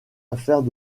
affaire